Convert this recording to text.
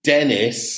Dennis